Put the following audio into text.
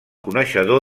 coneixedor